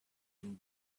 and